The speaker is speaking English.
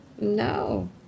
No